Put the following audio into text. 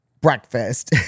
breakfast